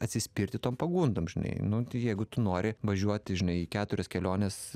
atsispirti tom pagundom žinai nu jeigu tu nori važiuoti žinai į keturias keliones